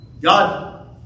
God